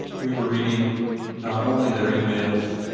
we were reading not only their emails,